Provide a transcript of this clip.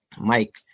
Mike